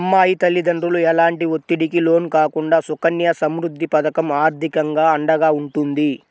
అమ్మాయి తల్లిదండ్రులు ఎలాంటి ఒత్తిడికి లోను కాకుండా సుకన్య సమృద్ధి పథకం ఆర్థికంగా అండగా ఉంటుంది